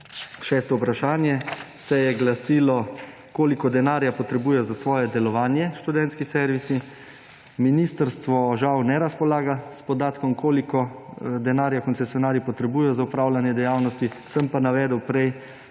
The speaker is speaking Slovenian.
Šesto vprašanje se je glasilo, koliko denarja potrebujejo za svoje delovanje študentski servisi. Ministrstvo žal ne razpolaga s podatkom, koliko denarja koncesionarji potrebujejo za opravljanje dejavnosti, sem pa prej